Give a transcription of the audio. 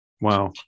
Wow